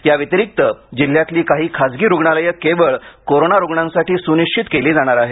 याव्यतिरिक्त जिल्ह्यातली काही खासगी रुग्णालयं केवळ कोरोना रुग्णांसाठी सुनिश्वित केली जाणार आहेत